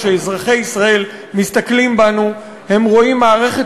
כשאזרחי ישראל מסתכלים בנו הם רואים מערכת